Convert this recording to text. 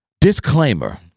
disclaimer